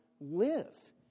live